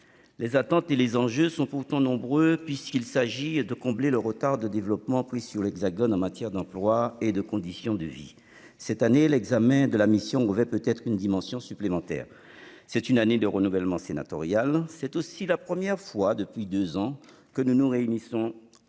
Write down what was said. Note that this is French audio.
Les attentes et les enjeux sont pourtant nombreux, puisqu'il s'agit de combler le retard de développement pris sur l'Hexagone en matière d'emploi et de conditions de vie. Cette année, l'examen de la mission revêt peut-être une dimension supplémentaire. C'est en effet une année de renouvellement sénatorial, mais c'est aussi la première fois depuis deux ans que nous nous réunissons pour